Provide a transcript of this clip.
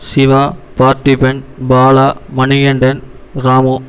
Siva Parthiban Bala Manikandan Ramu